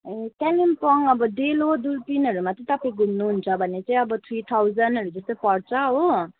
कालिम्पोङ अब डेलो दुर्बिनहरूमा तपाईँ धुम्नुहुन्छ भने चाहिँ अब थ्री थाउजन्डहरू जस्तै पर्छ हो